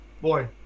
boy